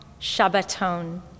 Shabbaton